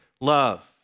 love